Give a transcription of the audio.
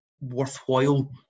worthwhile